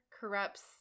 corrupts